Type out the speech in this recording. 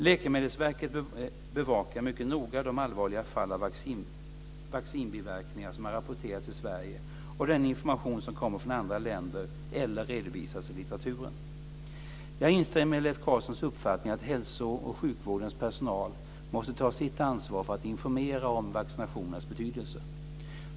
Läkemedelsverket bevakar mycket noga de allvarliga fall av vaccinbiverkningar som har rapporterats i Sverige och den information som kommer från andra länder eller redovisas i litteraturen. Jag instämmer i Leif Carlsons uppfattning att hälso och sjukvårdens personal måste ta sitt ansvar för att informera om vaccinationernas betydelse.